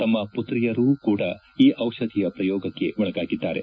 ತಮ್ಮ ಪುತ್ರಿಯರು ಕೂಡ ಈ ಔಷಧಿಯ ಪ್ರಯೋಗಕ್ಕೆ ಒಳಗಾಗಿದ್ದಾರೆ